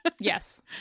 Yes